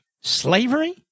Slavery